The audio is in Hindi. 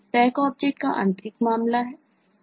Stack ऑब्जेक्ट का आंतरिक मामला है